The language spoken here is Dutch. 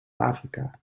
afrika